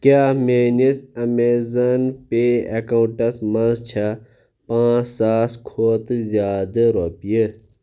کیٛاہ میٛٲنِس اَیمازان پیٚے ایکاونٛٹَس منٛز چھا پانٛژھ ساس کھۄتہٕ زِیٛادٕ رۄپیہِ